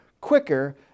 quicker